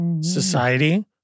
society